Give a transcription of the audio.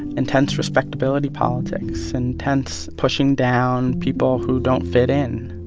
intense respectability politics, and intense pushing down people who don't fit in,